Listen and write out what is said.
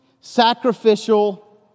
sacrificial